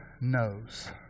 knows